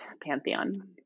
pantheon